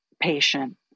patient